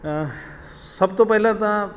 ਸਭ ਤੋਂ ਪਹਿਲਾਂ ਤਾਂ